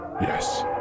Yes